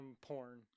porn